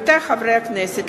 עמיתי חברי הכנסת,